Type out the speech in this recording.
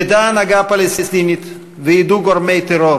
תדע ההנהגה הפלסטינית וידעו גורמי הטרור